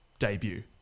Debut